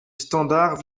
standards